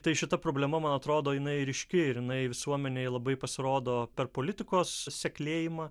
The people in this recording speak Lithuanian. tai šita problema man atrodo jinai ryški ir jinai visuomenėj labai pasirodo per politikos seklėjimą